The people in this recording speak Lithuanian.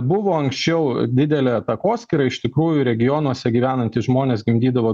buvo anksčiau didelė takoskyra iš tikrųjų regionuose gyvenantys žmonės gimdydavo